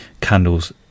candles